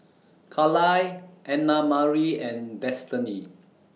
Carlyle Annamarie and Destany